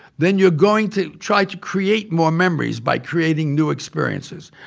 then you're going to try to create more memories by creating new experiences,